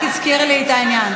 זה רק הזכיר לי את העניין.